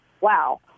wow